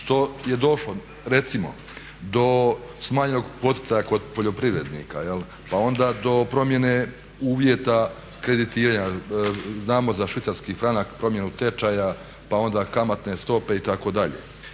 što je došlo recimo do smanjenog poticaja kod poljoprivrednika. Pa onda do promjene uvjeta kreditiranja. Znamo za švicarski franak, promjenu tečaja, pa onda kamatne stope itd.